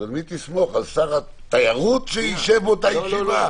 על שר התיירות שישב באותה ישיבה?